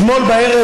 אתמול בערב,